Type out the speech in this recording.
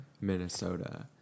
Minnesota